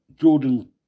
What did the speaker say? Jordan